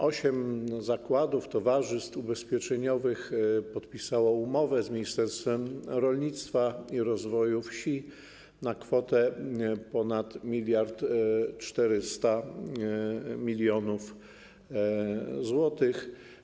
Osiem zakładów, towarzystw ubezpieczeniowych podpisało umowę z Ministerstwem Rolnictwa i Rozwoju Wsi na kwotę ponad 1400 mln zł.